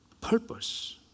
purpose